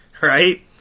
right